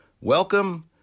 Welcome